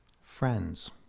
friends